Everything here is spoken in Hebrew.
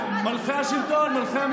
באתם להראות שיש חוק אחר,